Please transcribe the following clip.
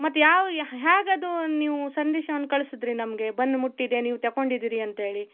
ಮತ್ತು ಯಾವ ಹೇಗೆ ಅದು ನೀವು ಸಂದೇಶಾನ ಕಳಿಸಿದ್ರಿ ನಮಗೆ ಬಂದು ಮುಟ್ಟಿದೆ ನೀವು ತಗೊಂಡಿದ್ದೀರಿ ಅಂಥೇಳಿ